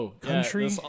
country